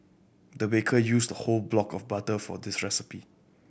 the baker used a whole block of butter for this recipe